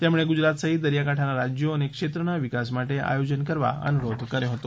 તેમણે ગુજરાત સહિત દરિયાકાંઠાના રાજયો અને ક્ષેત્રના વિકાસ માટે આયોજન કરવા અનુરોધ કર્યો હતો